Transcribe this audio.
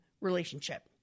relationship